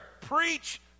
Preach